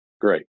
great